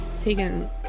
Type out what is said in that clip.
Taken